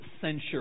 censure